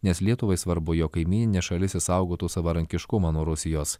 nes lietuvai svarbu jog kaimyninė šalis išsaugotų savarankiškumą nuo rusijos